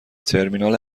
ترمینال